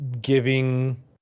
giving